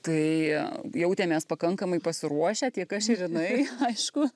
tai jautėmės pakankamai pasiruošę tiek aš ir jinai aišku